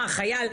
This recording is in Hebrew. מה חייל,